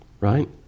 Right